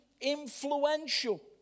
influential